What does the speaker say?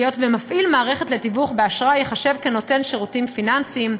היות שמפעיל מערכת לתיווך באשראי ייחשב נותן שירותים פיננסיים,